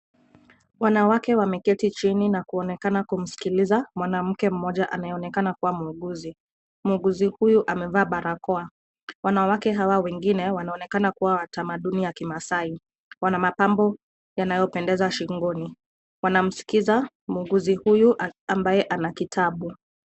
Wanawake wameketi chini na kuonekana kumsikiliza mwanamke mmoja anayeonekana kuwa muuguzi. Muuguzi huyu amevaa barakoa. Wanawake hawa wengine wanaonekana kuwa wa tamaduni ya kimaasai. Wana mapambo yanayopendeza shingoni. Wanamskiza muuguzi huyu ambaye ana kitabu.